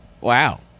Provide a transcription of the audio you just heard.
Wow